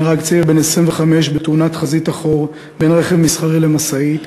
נהרג צעיר בן 25 בתאונת חזית אחור בין רכב מסחרי למשאית,